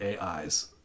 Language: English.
AIs